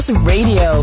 Radio